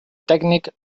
tècnic